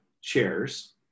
chairs